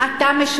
תצלמו את הקפה.